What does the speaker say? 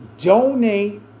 donate